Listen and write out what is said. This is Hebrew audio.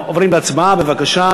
בבקשה.